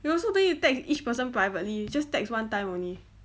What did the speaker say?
you also don't you text each person privately just text one time only